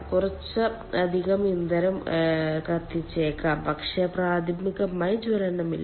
കുറച്ച് അധിക ഇന്ധനം കത്തിച്ചേക്കാം പക്ഷേ പ്രാഥമികമായി ജ്വലനമില്ല